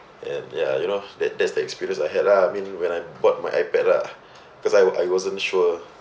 and ya you know that that's the experience I had lah I mean when I bought my iPad ah because I I wasn't sure